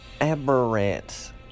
Aberrant